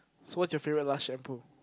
so what's your favourite Lush shampoo